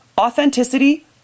Authenticity